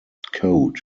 code